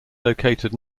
located